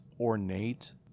ornate